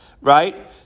right